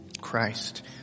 Christ